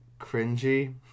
cringy